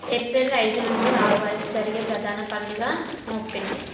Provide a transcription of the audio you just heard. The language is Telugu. ఏప్రిల్ ఐదు నుండి ఆరు వరకు జరిగే ప్రధాన పండుగ మోపిన్